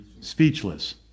speechless